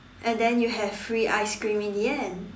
and then you have free ice cream in the end